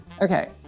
Okay